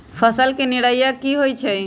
फसल के निराया की होइ छई?